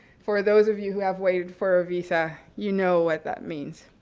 for those of you who have waited for a visa, you know what that means.